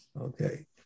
Okay